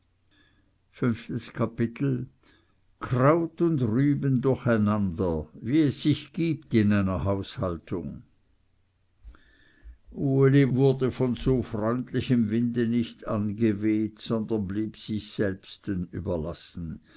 fünftes kapitel kraut und rüben durcheinander wie es sich gibt in einer haushaltung uli wurde von so freundlichem winde nicht angeweht sondern blieb sich selbsten überlassen